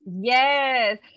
Yes